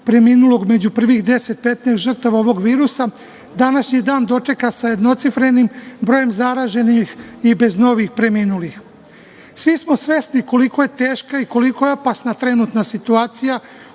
preminulog među prvih 10-15 žrtava ovog virusa, današnji dan dočeka sa jednocifrenim brojem zaraženih i bez novih preminulih. Svi smo svesni koliko je teška i koliko je opasna trenutna situacija